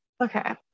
okay